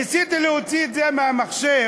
ניסיתי להוציא את זה מהמחשב,